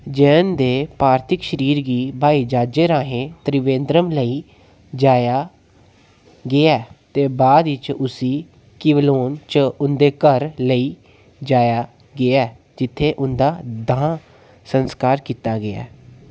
जयन दे पार्थिव शरीर गी ब्हाई ज्हाजै राहें त्रिवेंद्रम लेई जाया गेआ ते बाद इच उसी क्विलोन च उं'दे घर लेई जाया गेआ जित्थै उं'दा दाह् संस्कार कीता गेआ